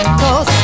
cause